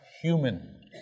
human